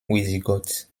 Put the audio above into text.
wisigoth